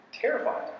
terrified